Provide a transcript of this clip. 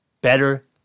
better